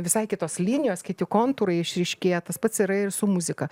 visai kitos linijos kiti kontūrai išryškėja tas pats yra ir su muzika